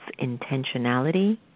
intentionality